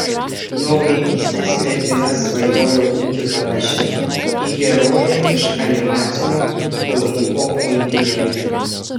nuo vaikystės mergina svajojo būti panašia į heroję iš animacinio filmuko undinėlė